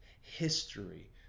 history